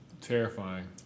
Terrifying